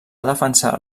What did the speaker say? defensar